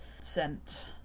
sent